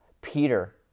Peter